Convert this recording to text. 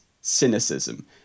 cynicism